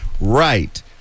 Right